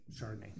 Chardonnay